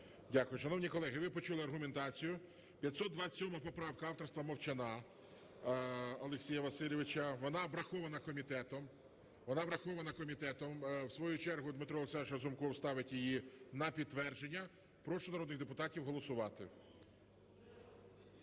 Дякую. Шановні колеги, ви почули аргументацію. 527 поправка, авторства Мовчана Олексія Васильовича. Вона врахована комітетом. В свою чергу Дмитро Олександрович Разумков ставить її на підтвердження. Прошу народних депутатів голосувати.